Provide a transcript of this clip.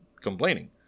complaining